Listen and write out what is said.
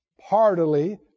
heartily